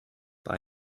bei